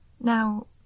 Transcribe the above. Now